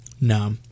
no